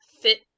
fit